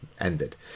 ended